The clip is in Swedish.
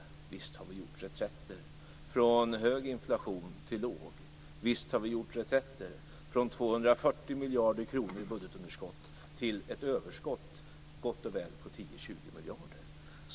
Visst har vi gjort reträtter, från hög inflation till låg. Visst har vi gjort reträtter, från 240 miljarder kronor i budgetunderskott till ett överskott på gott och väl 10-20 miljarder.